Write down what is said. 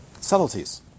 subtleties